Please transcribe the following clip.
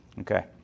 Okay